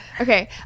Okay